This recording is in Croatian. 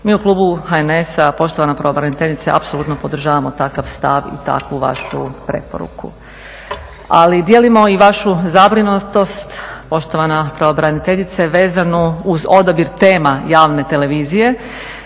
Mi u klubu HNS-a poštovana pravobraniteljice apsolutno podržavamo takav stav i takvu vaš preporuku. Ali dijelimo i vašu zabrinutost poštovana pravobraniteljice, vezanu uz odabir tema javne televizije